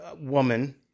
woman